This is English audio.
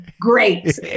great